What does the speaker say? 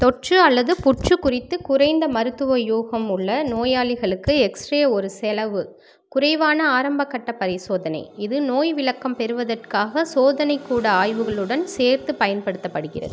தொற்று அல்லது புற்று குறித்து குறைந்த மருத்துவ யூகம் உள்ள நோயாளிகளுக்கு எக்ஸ்ரே ஒரு செலவு குறைவான ஆரம்பகட்டப் பரிசோதனை இது நோய்விளக்கம் பெறுவதற்காக சோதனைக்கூட ஆய்வுகளுடன் சேர்த்துப் பயன்படுத்தப்படுகிறது